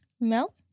Mel